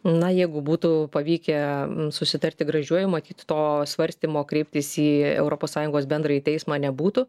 na jeigu būtų pavykę susitarti gražiuoju matyt to svarstymo kreiptis į europos sąjungos bendrąjį teismą nebūtų